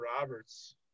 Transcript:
roberts